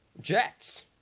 jets